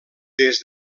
des